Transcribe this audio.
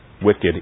Wicked